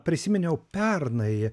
prisiminiau pernai